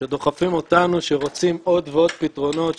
שרוצים עוד ועוד פתרונות,